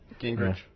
Gingrich